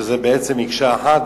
שזה בעצם מקשה אחת,